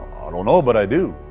i don't know but i do.